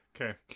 Okay